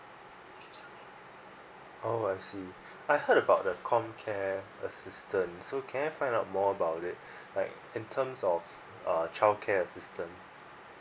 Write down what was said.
oh I see I heard about the comcare asistance so can I find out more about it like in terms of uh childcare system